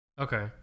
Okay